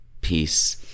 peace